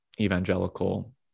evangelical